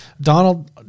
Donald